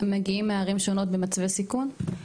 מגיעים מערים שונות במצבי סיכון?